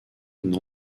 une